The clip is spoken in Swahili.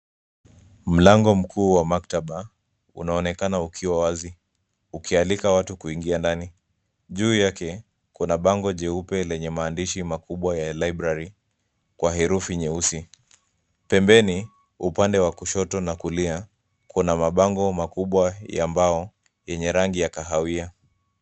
Mlango mkuu wa maktaba unaonekana ukiwa wazi, ukialika watu kuingia ndani, juu yake kuna bango jeupe lenye maandishi makubwa ya Library kwa herufi nyeusi . Pembeni upande wa kushoto na kulia kuna mabango makubwa ya mbao yenye rangi ya kahawia.